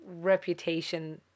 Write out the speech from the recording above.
reputation